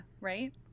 right